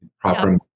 proper